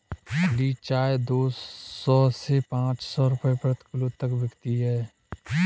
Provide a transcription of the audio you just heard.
खुली चाय दो सौ से पांच सौ रूपये प्रति किलो तक बिकती है